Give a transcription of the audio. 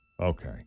Okay